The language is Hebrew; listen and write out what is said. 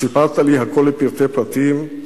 וסיפרת לי הכול לפרטי פרטים.